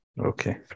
Okay